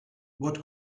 what